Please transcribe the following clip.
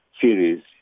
series